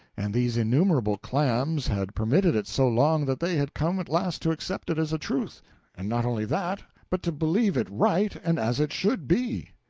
and these innumerable clams had permitted it so long that they had come at last to accept it as a truth and not only that, but to believe it right and as it should be.